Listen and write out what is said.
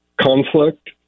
conflict